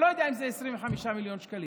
ואני לא יודע אם זה 25 מיליון שקלים,